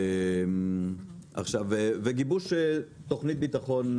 עכשיו וגיבוש תוכנית ביטחון,